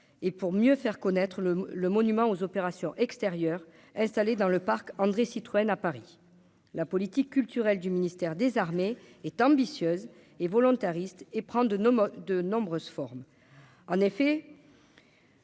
et pour mieux faire connaître le le monument aux opérations extérieures installés dans le parc André Citroën à Paris la politique culturelle du ministère des Armées est ambitieuse et volontariste et prendre de nos modes de nombreuses formes en effet.